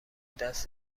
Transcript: دست